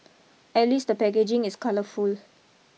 at least the packaging is colourful